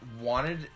wanted